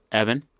evan,